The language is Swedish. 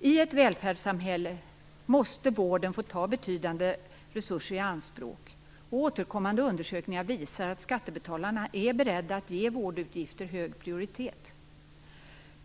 I ett välfärdssamhälle måste vården få ta betydande resurser i anspråk. Återkommande undersökningar visar att skattebetalarna är beredda att ge vårdutgifter hög prioritet.